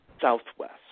southwest